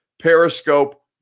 Periscope